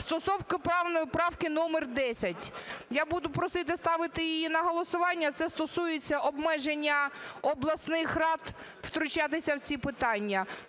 Стосовно правки номер 10. Я буду просити ставити її на голосування. Це стосується обмеження обласних рад втручатися в ці питання.